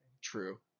True